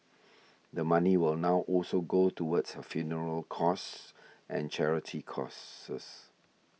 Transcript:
the money will now also go towards her funeral costs and charity causes